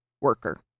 worker